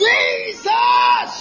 Jesus